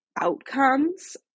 outcomes